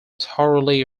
thoroughly